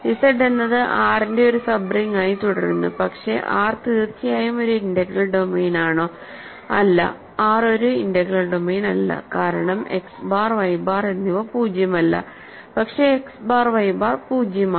Z എന്നത് R ന്റെ ഒരു സബ് റിങ് ആയി തുടരുന്നു പക്ഷേ R തീർച്ചയായും ഒരു ഇന്റഗ്രൽ ഡൊമെയ്നാണോ അല്ല R ഒരു ഇന്റഗ്രൽ ഡൊമെയ്ൻ അല്ല കാരണം X ബാർ Y ബാർ എന്നിവ പൂജ്യമല്ല പക്ഷേ X ബാർ Y ബാർ 0 ആണ്